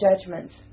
judgments